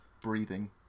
Breathing